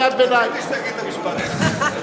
ידעתי שתגיד את המשפט הזה.